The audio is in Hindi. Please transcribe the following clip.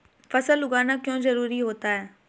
फसल उगाना क्यों जरूरी होता है?